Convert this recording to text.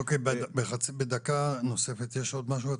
אוקיי, בדקה נוספת, יש עוד משהו?